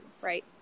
right